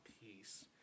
peace